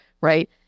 right